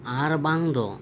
ᱟᱨ ᱵᱟᱝ ᱫᱚ